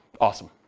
Awesome